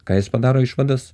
ką jis padaro išvadas